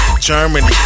Germany